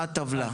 מה הטבלה?